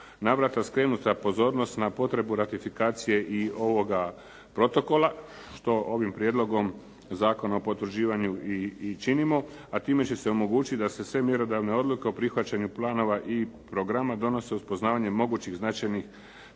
navrata skrenuta pozornost na potrebu ratifikacije i protokola, što ovim prijedlogom Zakona o potvrđivanju i činimo, a time će se omogućiti da se sve mjerodavne odluke o prihvaćanju planova i programa donose uz poznavanje mogućih značajnih